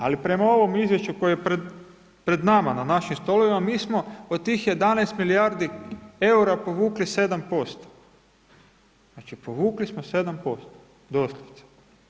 Ali prema ovom izvješću koje je pred nama, na našim stolovima, mi smo od tih 11 milijardi EUR-a povukli 7%, znači, povukli smo 7% doslovce.